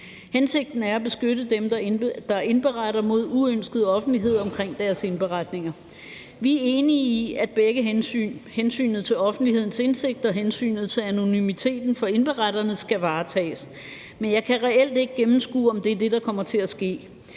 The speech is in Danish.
Hensigten er at beskytte dem, der indberetter, mod uønsket offentlighed omkring deres indberetninger. Vi er enige i, at begge hensyn, altså hensynet til offentlighedens indsigt og hensynet til anonymiteten for indberetterne, skal varetages. Men jeg kan reelt ikke gennemskue, om det er det, der kommer til at ske.